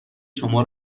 شما